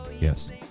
Yes